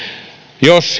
jos